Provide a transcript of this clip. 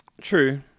True